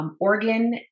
organ